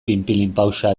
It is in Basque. pinpilinpauxa